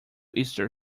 easter